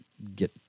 get